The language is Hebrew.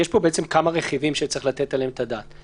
יש פה כמה רכיבים שצריך לתת עליהם את הדעת.